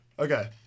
Okay